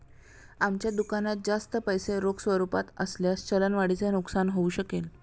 आमच्या दुकानात जास्त पैसे रोख स्वरूपात असल्यास चलन वाढीचे नुकसान होऊ शकेल